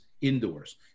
indoors